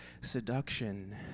seduction